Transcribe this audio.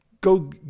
go